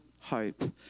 hope